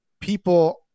people